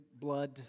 blood